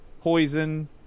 poison